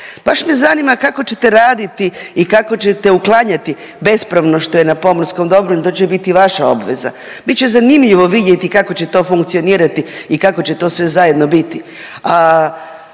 Baš me zanima kako ćete raditi i kako ćete uklanjati bespravno što je na pomorskom dobru i to će biti vaša obveza. Bit će zanimljivo vidjeti kako će to funkcionirati i kako će to sve zajedno biti.